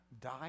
die